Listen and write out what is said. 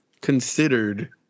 considered